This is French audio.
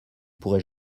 pourrai